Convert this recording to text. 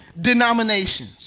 denominations